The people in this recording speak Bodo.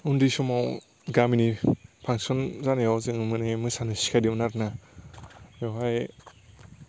उन्दै समाव गामिनि फांसन जानायाव जोङो माने मोसानो सिखायदोंमोन आरो ना बेवहाय